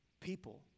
people